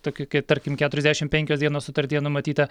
tokia kai tarkim keturiasdešim penkios dienos sutartyje numatyta